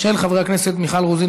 של חברי הכנסת מיכל רוזין,